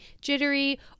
jittery